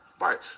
right